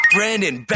Brandon